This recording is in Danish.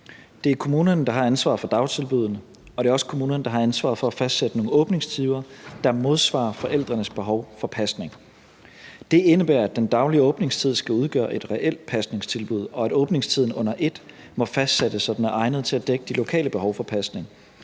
Det er kommunerne, der har ansvaret for dagtilbuddene, og det er også kommunerne, der har ansvaret for at fastsætte nogle åbningstider, der modsvarer forældrenes behov for pasning. Det indebærer, at den daglige åbningstid skal udgøre et reelt pasningstilbud, og at åbningstiden under ét må fastsættes sådan, at den er egnet til at dække det lokale behov for pasning.